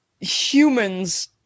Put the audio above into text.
humans